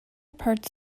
parts